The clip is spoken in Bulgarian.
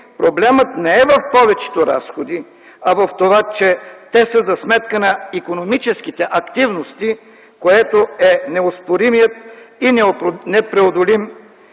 проблемът не е в повечето разходи, а в това, че те са за сметка на икономическите активности, което е неоспоримият и непреодолим